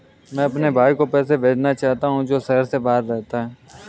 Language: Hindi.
मैं अपने भाई को पैसे भेजना चाहता हूँ जो शहर से बाहर रहता है